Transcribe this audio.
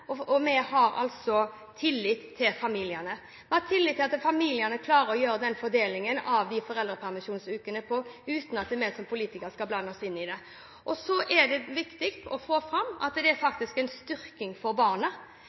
familiene. Og vi har altså tillit til familiene. Vi har tillit til at familiene klarer å foreta den fordelingen av de foreldrepermisjonsukene uten at vi som politikere skal blande oss inn i det. Så er det viktig å få fram at det faktisk er en styrking for barnet,